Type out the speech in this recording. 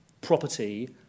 property